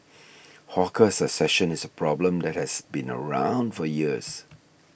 hawker succession is a problem that has been around for years